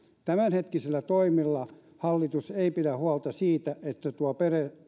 tämänhetkisillä toimilla hallitus ei pidä huolta siitä että tuo